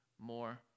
more